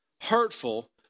hurtful